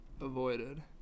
avoided